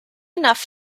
enough